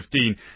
2015